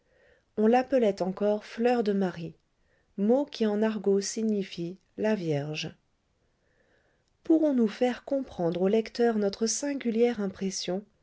on l'appelait encore fleur de marie mots qui en argot signifient la vierge pourrons-nous faire comprendre au lecteur notre singulière impression